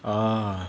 ah